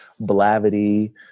blavity